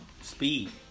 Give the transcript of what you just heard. Speed